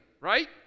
right